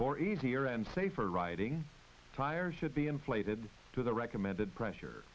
for easier and safer riding tires should be inflated to the recommended pressure